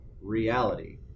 reality